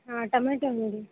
ಹಾಂ ಟಮೇಟೋ ನೋಡಿ